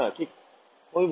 ঠিক অভিমুখ